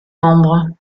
membres